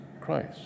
Christ